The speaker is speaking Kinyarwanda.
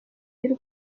y’u